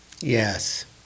Yes